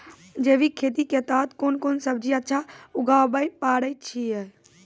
जैविक खेती के तहत कोंन कोंन सब्जी अच्छा उगावय पारे छिय?